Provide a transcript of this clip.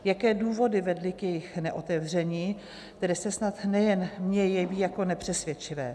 Jaké důvody vedly k jejich neotevření, které se snad nejen mně jeví jako nepřesvědčivé?